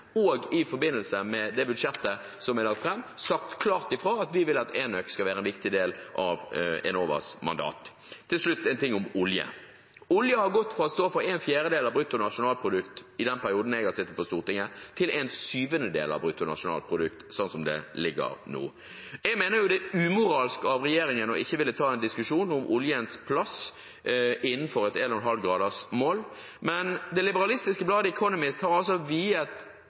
og i forbindelse med det budsjettet som er lagt fram, sagt klart ifra at vi vil at enøk skal være en viktig del av Enovas mandat. Til slutt en ting om olje: Olje har gått fra å stå for en fjerdedel av BNP til en syvendedel av BNP, slik som det ligger an nå, i den tiden jeg har sittet på Stortinget. Jeg mener det er umoralsk av regjeringen å ikke ville ta en diskusjon om oljens plass innenfor et